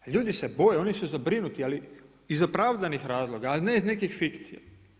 Ljudi se boje, oni su zabrinuti, ali iz opravdanih razloga, a ne iz nekih fikcija.